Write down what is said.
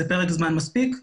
זה פרק זמן מספיק.